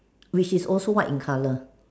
which is also white in colour